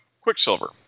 Quicksilver